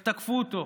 איך תקפו אותו,